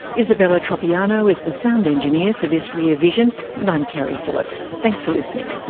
isabella tropiano is the sound engineer for this rear vision and i'm keri phillips. thanks for listening